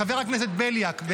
חבר הכנסת בליאק.